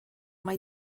mai